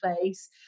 place